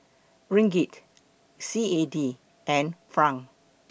Ringgit C A D and Franc